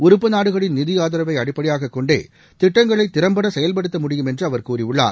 உறுப்பு நாடுகளின் நிதி ஆதரவை அடிப்படையாக கொண்டே திட்டங்களை திறம்பட செயல்படுத்த முடியும் என்று அவர் கூறியுள்ளார்